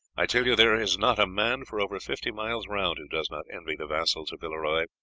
i tell you there is not a man for over fifty miles round who does not envy the vassals of villeroy,